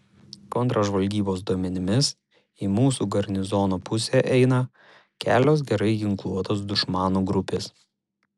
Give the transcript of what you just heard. kontržvalgybos duomenimis į mūsų garnizono pusę eina kelios gerai ginkluotos dušmanų grupės